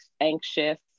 anxious